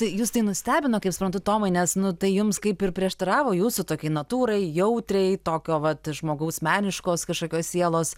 tai jus tai nustebino kaip suprantu tomai nes nu tai jums kaip ir prieštaravo jūsų tokiai natūrai jautriai tokio vat žmogaus meniškos kažkokios sielos